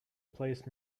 placed